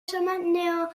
zona